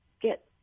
get